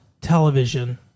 television